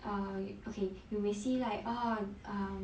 err okay you will see like orh um